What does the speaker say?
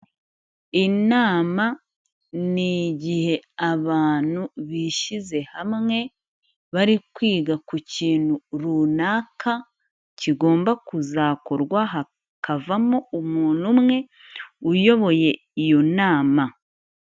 Inama ni igihe abantu bishyize hamwe bari kwiga ku kintu runaka, kigomba kuzakorwa, hakavamo umuntu umwe uyoboye iyo nama.